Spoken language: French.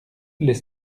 les